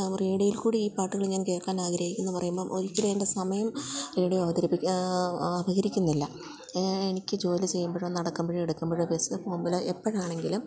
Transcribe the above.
റേഡിയോയിൽക്കൂടി ഈ പാട്ടുകള് ഞാൻ കേൾക്കാൻ ആഗ്രഹിക്കുന്നുവെന്ന് പറയുമ്പോള് ഒരിക്കലും എൻ്റെ സമയം റേഡിയോ അപഹരിക്കുന്നില്ല എനിക്ക് ജോലി ചെയ്യുമ്പോഴും നടക്കുമ്പോഴും എടുക്കുമ്പോഴും ബസ്സില് പോകുമ്പോഴും എപ്പോഴാണെങ്കിലും